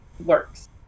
works